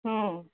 ହଁ